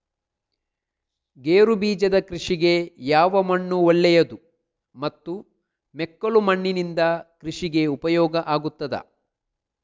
ಗೇರುಬೀಜದ ಕೃಷಿಗೆ ಯಾವ ಮಣ್ಣು ಒಳ್ಳೆಯದು ಮತ್ತು ಮೆಕ್ಕಲು ಮಣ್ಣಿನಿಂದ ಕೃಷಿಗೆ ಉಪಯೋಗ ಆಗುತ್ತದಾ?